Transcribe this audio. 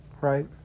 right